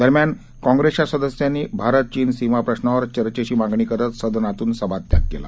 दरम्यान काँग्रेसच्या सदस्यांनी भारत चीन सीमा प्रशांवर चर्चेची मागणी करत सदनातून सभा त्याग केला